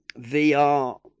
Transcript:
VR